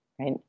Right